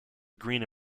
green